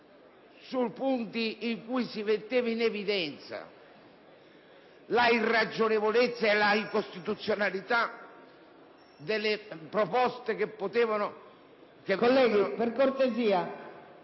Colleghi, per cortesia,